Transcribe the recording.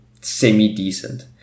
semi-decent